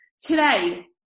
today